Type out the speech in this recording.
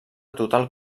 total